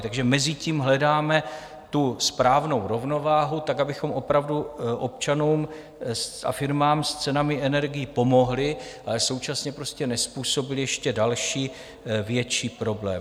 Takže mezi tím hledáme správnou rovnováhu tak, abychom opravdu občanům a firmám s cenami energií pomohli, a současně nezpůsobili ještě další, větší problém.